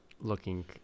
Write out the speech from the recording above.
looking